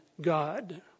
God